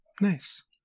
Nice